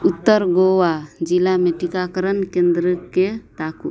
उत्तर गोवा जिलामे टीकाकरण केन्द्रकेँ ताकू